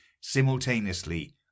simultaneously